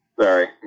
Sorry